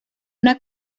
una